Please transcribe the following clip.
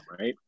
right